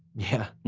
yeah,